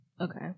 Okay